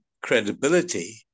credibility